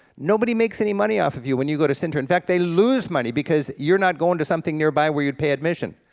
nobody makes any money off of you when you go to sintra, in fact they lose money because you're not going to something nearby where you pay admission.